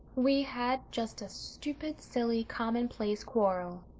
we had just a stupid, silly, commonplace quarrel.